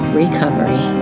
recovery